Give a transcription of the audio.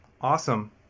awesome